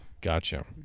Gotcha